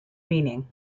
meaning